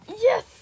Yes